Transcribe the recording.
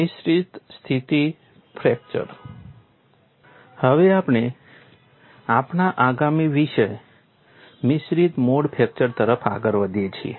મિશ્રિત સ્થિતિ ફ્રેક્ચર હવે આપણે આપણા આગામી વિષય મિશ્રિત મોડ ફ્રેક્ચર તરફ આગળ વધીએ છીએ